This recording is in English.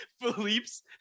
Philippe's